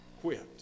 quit